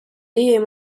dion